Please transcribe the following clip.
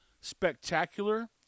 spectacular